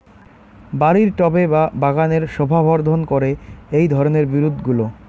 বাড়ির টবে বা বাগানের শোভাবর্ধন করে এই ধরণের বিরুৎগুলো